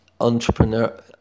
entrepreneur